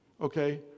okay